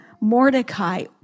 Mordecai